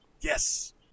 Yes